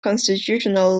constitutional